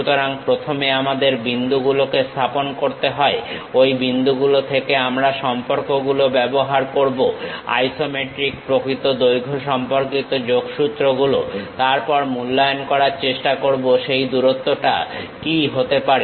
সুতরাং প্রথমে আমাদের বিন্দুগুলোকে স্থাপন করতে হবে ঐ বিন্দুগুলো থেকে আমরা সম্পর্ক গুলো ব্যবহার করব আইসোমেট্রিক প্রকৃত দৈর্ঘ্য সম্পর্কিত যোগসূত্র গুলো তারপর মূল্যায়ন করার চেষ্টা করব সেই দূরত্বটা কি হতে পারে